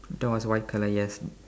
door is white colour yes